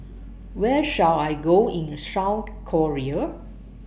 Where should I Go in Korea